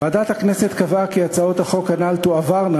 ועדת הכנסת קבעה כי הצעות החוק הנ"ל תועברנה